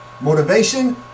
Motivation